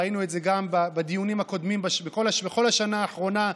ראינו את זה גם בדיונים הקודמים בכל השנה האחרונה,